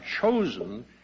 chosen